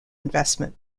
investment